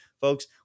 Folks